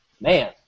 Man